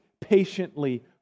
patiently